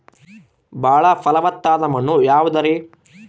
ಬಾಳ ಫಲವತ್ತಾದ ಮಣ್ಣು ಯಾವುದರಿ?